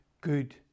good